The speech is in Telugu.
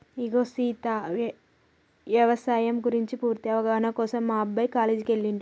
ఇగో సీత యవసాయం గురించి పూర్తి అవగాహన కోసం మా అబ్బాయి కాలేజీకి ఎల్లిండు